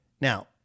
Now